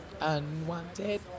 Unwanted